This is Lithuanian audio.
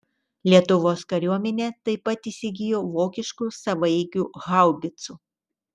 lietuvos kariuomenė taip pat įsigijo vokiškų savaeigių haubicų